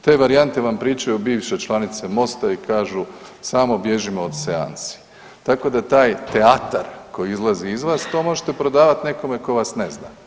Te varijante vam pričaju bivše članice Mosta i kažu samo bježimo od seansi, tako da taj teatar koji izlazi iz vas to možete prodavat nekome ko vas ne zna.